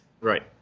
Right